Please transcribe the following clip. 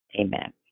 Amen